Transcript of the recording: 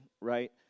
right